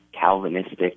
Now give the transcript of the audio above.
Calvinistic